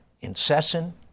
incessant